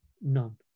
none